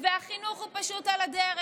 והחינוך הוא פשוט על הדרך.